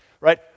right